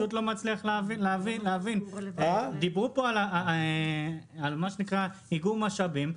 אני לא מצליח להבין, דיברו פה על איגום משאבים.